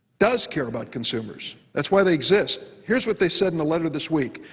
does care about consumers. that's why they exist. here's what they said in a letter this week,